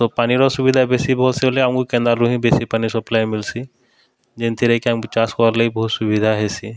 ତ ପାନୀର ସୁବିଧା ବେଶୀ ବହୁତ୍ ସେ ବେଲେ ଆମ୍କୁ କେନାଲ୍ରୁ ହିଁ ବେଶୀ ପାନି ସପ୍ଲାଏ ମିଲ୍ସି ଯେନ୍ଥିରେ କି ଆମ୍କୁ ଚାଷ୍ କର୍ବାକେ ବହୁତ୍ ସୁବିଧା ହେସି